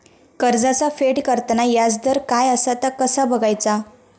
कर्जाचा फेड करताना याजदर काय असा ता कसा बगायचा?